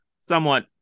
somewhat